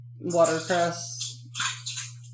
watercress